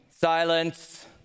silence